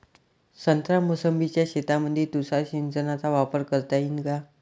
संत्रा मोसंबीच्या शेतामंदी तुषार सिंचनचा वापर करता येईन का?